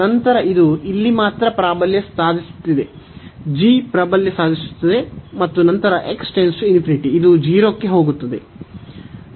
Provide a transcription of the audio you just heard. ನಂತರ ಇದು ಇಲ್ಲಿ ಮಾತ್ರ ಪ್ರಾಬಲ್ಯ ಸಾಧಿಸುತ್ತದೆ ಪ್ರಾಬಲ್ಯ ಸಾಧಿಸುತ್ತದೆ ಮತ್ತು ನಂತರ ಇದು 0 ಕ್ಕೆ ಹೋಗುತ್ತದೆ